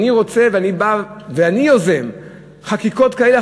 אני רוצה ואני בא ואני יוזם חקיקות כאלה,